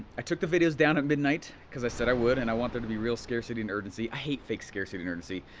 and i took the videos down at midnight, cause i said i would, and i want there to be real scarcity and urgency. i hate fake scarcity and urgency.